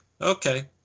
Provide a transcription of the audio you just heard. okay